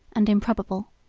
and improbable.